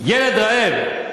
במשרד החינוך, קיבל.